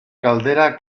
caldera